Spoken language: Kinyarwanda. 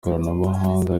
koranabuhanga